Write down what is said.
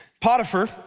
Potiphar